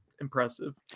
impressive